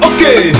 Okay